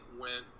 went